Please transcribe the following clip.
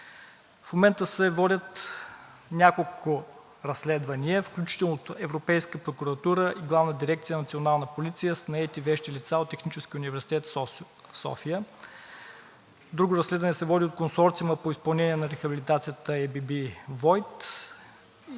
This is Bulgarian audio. В момента се водят няколко разследвания, включително от Европейската прокуратура и Главна дирекция „Национална полиция“ с наети вещи лица от Техническия университет в София. Друго разследване се води от Консорциума по изпълнение на рехабилитацията „АББ Войт“